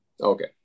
Okay